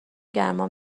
گرما